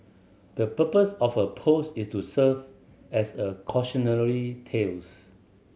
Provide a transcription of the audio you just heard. the purpose of her post is to serve as a cautionary tales